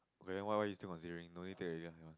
then why why you still must take leave no need take already lah